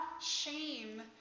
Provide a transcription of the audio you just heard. shame